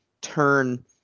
turn